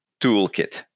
toolkit